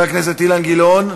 מוותר, חבר הכנסת אילן גילאון,